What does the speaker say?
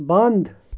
بنٛد